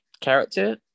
character